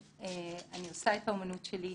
אני עושה את האמנות שלי,